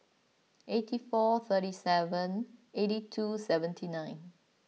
eighty four thirty seven eighty two seventy nine